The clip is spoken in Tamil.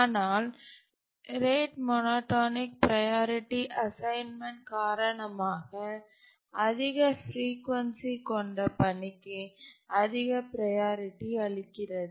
ஆனால் ரேட் மோனோடோனிக் ப்ரையாரிட்டி அசைன்மென்ட் காரணமாக அதிக பிரீ கொன்சி கொண்ட பணிக்கு அதிக ப்ரையாரிட்டி அளிக்கிறது